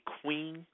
queen